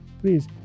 please